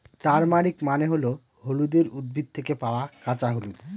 turmeric মানে হল হলুদের উদ্ভিদ থেকে পাওয়া কাঁচা হলুদ